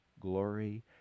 glory